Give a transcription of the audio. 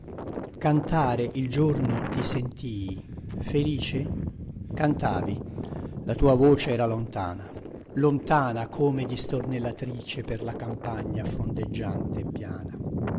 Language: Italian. cantare il giorno ti sentii felice cantavi la tua voce era lontana lontana come di stornellatrice per la campagna frondeggiante e piana